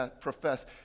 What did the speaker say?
profess